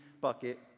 bucket